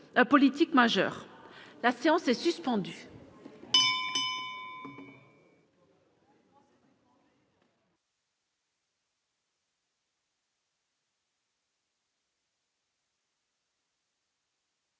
La séance est suspendue.